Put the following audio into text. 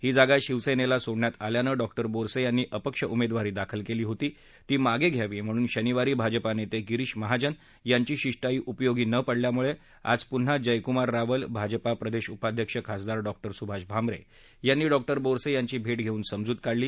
ही जागा शिवसेनेला सोडण्यात आल्याने डॉ बोरसे यांनी अपक्ष उमेदवारी दाखल केली होती ती मागे घ्यावी म्हणून शनिवारी भाजपा नेते गिरीष महाजन यांची शिष्टाई उपयोगी न पडल्यामुळे आज पुन्हा जयकुमार रावल भाजप प्रदेश उपाध्यक्ष खासदार डॉ सुभाष भामरे यांनी डॉ बोरसे यांची भेट घेऊन समजूत काढली